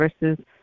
versus